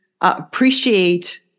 appreciate